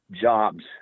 jobs